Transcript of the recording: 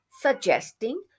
suggesting